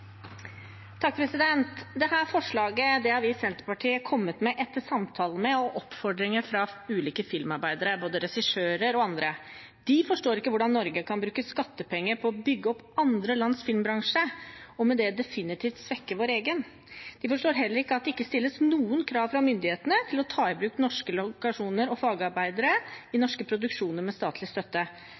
forslaget har vi i Senterpartiet kommet med etter samtaler med og oppfordringer fra ulike filmarbeidere, både regissører og andre. De forstår ikke hvordan Norge kan bruke skattepenger på å bygge opp andre lands filmbransje, og med det definitivt svekke vår egen. De forstår heller ikke at det ikke stilles noen krav fra myndighetene til å ta i bruk norske lokasjoner og fagarbeidere i norske produksjoner med statlig støtte,